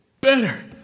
better